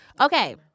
Okay